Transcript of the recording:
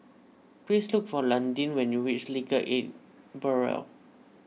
please look for Landyn when you reach Legal Aid Bureau